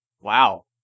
Wow